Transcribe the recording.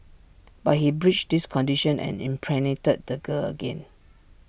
but he breached this condition and impregnated the girl again